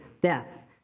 death